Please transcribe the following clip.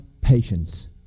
patience